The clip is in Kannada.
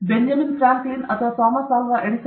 ಬೆಂಜಮಿನ್ ಫ್ರಾಂಕ್ಲಿನ್ ನೀವು ಯಾವ ಕಲ್ಪನೆಯನ್ನು ಪಡೆಯುತ್ತೀರಿ